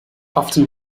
often